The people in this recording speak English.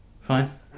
Fine